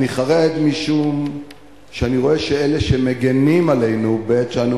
אני חרד משום שאני רואה שאלה שמגינים עלינו בעת שאנו